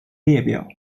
列表